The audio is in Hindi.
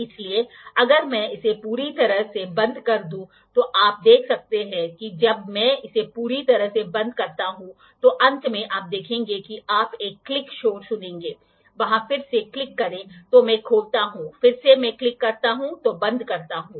इसलिए अगर मैं इसे पूरी तरह से बंद कर दूं तो आप देख सकते हैं कि जब मैं इसे पूरी तरह से बंद करता हूं तो अंत में आप देखेंगे कि आप एक क्लिक शोर सुनेंगे वहां फिर से क्लिक करें तो मैं खोलता हूं फिर से मैं क्लिक करता हूं तो बंध करता हूँं